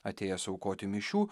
atėjęs aukoti mišių